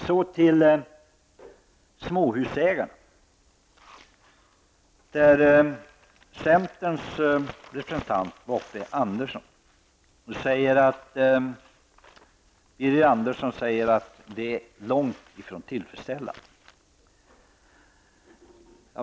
Så till frågan om småhusägarna. Centerns representant Birger Andersson säger att deras inflytande är långt ifrån tillfredsställande.